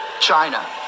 China